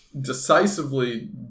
Decisively